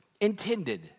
intended